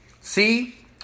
See